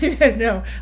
No